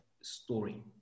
story